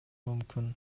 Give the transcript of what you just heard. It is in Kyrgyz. мүмкүн